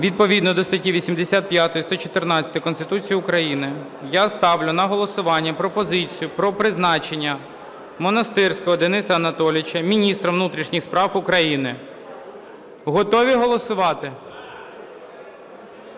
відповідно до статей 85, 114 Конституції України я ставлю на голосування пропозицію про призначення Монастирського Дениса Анатолійовича міністром внутрішніх справ України. Готові голосувати?